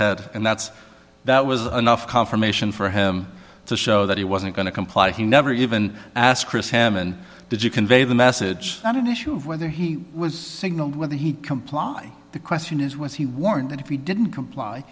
head and that's that was enough confirmation for him to show that he wasn't going to comply he never even asked chris him and did you convey the message not an issue of whether he was signalling whether he comply the question is was he warned that if we didn't comply